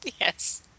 Yes